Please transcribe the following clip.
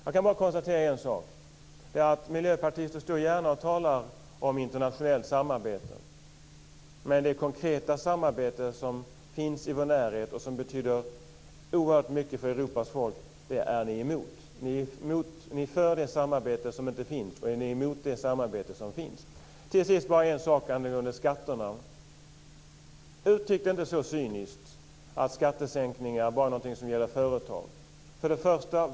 Man kan konstatera en sak: Ni miljöpartister står gärna och talar om internationellt samarbete - men det konkreta samarbete som finns i vår närhet och som betyder oerhört mycket för Europas folk är ni emot. Ni är för det samarbete som inte finns, och ni är emot det samarbete som finns. Till sist vill jag bara säga en sak angående skatterna. Uttryck det inte så cyniskt att skattesänkningar bara är någonting som gäller företag!